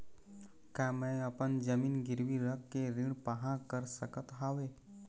का मैं अपन जमीन गिरवी रख के ऋण पाहां कर सकत हावे?